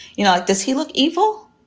you know, does he look evil?